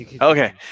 Okay